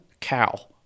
cow